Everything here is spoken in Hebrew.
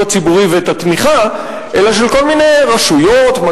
הציבורי ואת התמיכה אלא של כל מיני רשויות,